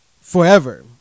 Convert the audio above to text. forever